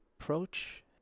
approach